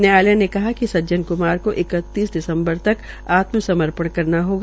न्यायालय ने कहा कि सज्जन क्मार को इकतीस दिसम्बर तक आत्मसमर्पण करना होगा